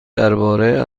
درباره